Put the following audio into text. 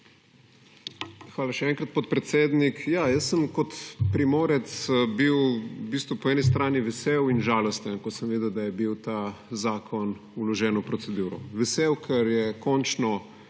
Hvala še enkrat, podpredsednik. Jaz sem kot Primorec bil v bistvu po eni strani vesel in žalosten, ko sem videl, da je bil ta zakon vložen v proceduro. Vesel, ker je končno